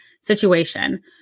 situation